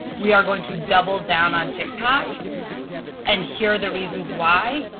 we are going to double down on tiktok and here are the reasons why,